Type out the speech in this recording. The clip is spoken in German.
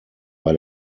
bei